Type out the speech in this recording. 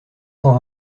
sans